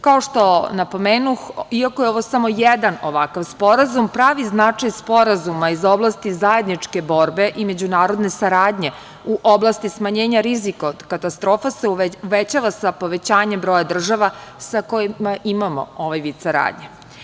Kao što napomenuh, iako je ovo samo jedan ovakav sporazum, pravi značaj sporazuma iz oblasti zajedničke borbe i međunarodne saradnje u oblasti smanjenja rizika od katastrofa se uvećava sa povećanjem broja država sa kojima imamo ovaj vid saradnje.